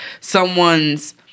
someone's